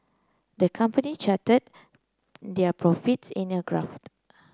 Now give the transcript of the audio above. the company charted their profits in a graph